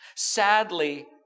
Sadly